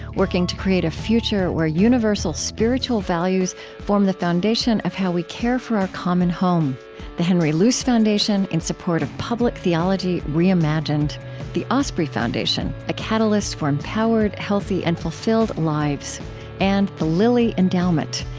working to create a future where universal spiritual values form the foundation of how we care for our common home the henry luce foundation, in support of public theology reimagined the osprey foundation a catalyst for empowered healthy, and fulfilled lives and the lilly endowment,